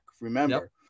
remember